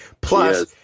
Plus